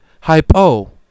Hypo